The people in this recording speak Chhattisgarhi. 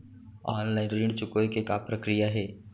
ऑनलाइन ऋण चुकोय के का प्रक्रिया हे?